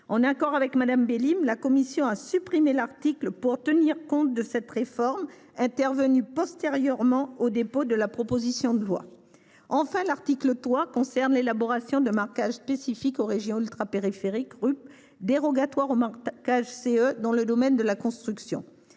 En accord avec Mme Bélim, la commission a supprimé l’article 2 pour tenir compte de cette réforme intervenue après le dépôt de la proposition de loi. Enfin, l’article 3 concerne l’élaboration d’un marquage régions ultrapériphériques (RUP) dérogatoire au marquage CE dans le domaine de la construction,